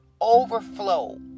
overflow